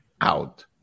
out